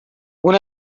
اون